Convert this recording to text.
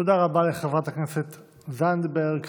תודה רבה לחברת הכנסת זנדברג.